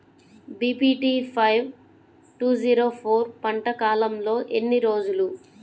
BPT five two zero four పంట కాలంలో ఎన్ని రోజులు?